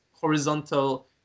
horizontal